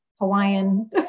Hawaiian